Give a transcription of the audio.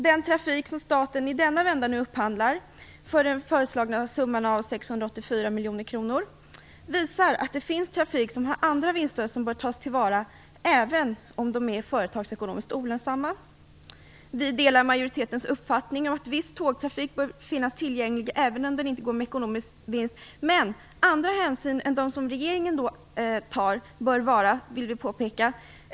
Den trafik som staten i denna vända upphandlar för den föreslagna summan av 684 miljoner kronor visar att det finns andra vinster som bör tas till vara, även om de är företagsekonomiskt olönsamma. Vi delar majoritetens uppfattning om att viss tågtrafik bör finnas tillgänglig även om den inte går med ekonomisk vinst. Andra hänsyn än de som regeringen tar bör tas, vill vi påpeka.